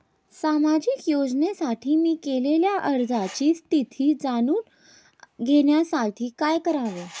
सामाजिक योजनेसाठी मी केलेल्या अर्जाची स्थिती जाणून घेण्यासाठी काय करावे?